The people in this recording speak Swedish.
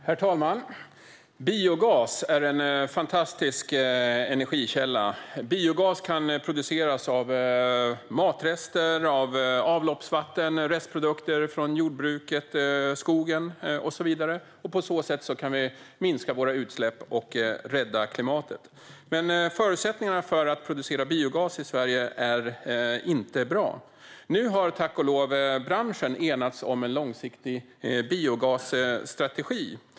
Herr talman! Biogas är en fantastisk energikälla. Biogas kan produceras av matrester, avloppsvatten, restprodukter från jordbruket, skogen och så vidare. På så sätt kan vi minska våra utsläpp och rädda klimatet. Men förutsättningarna för att producera biogas i Sverige är inte bra. Nu har branschen tack och lov enats om en långsiktig biogasstrategi.